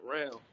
round